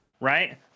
Right